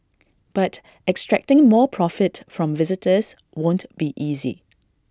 but extracting more profit from visitors won't be easy